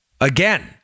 Again